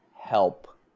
help